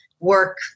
work